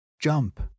Jump